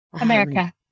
america